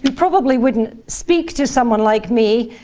probably wouldn't speak to someone like me,